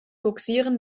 bugsieren